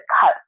cut